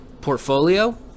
portfolio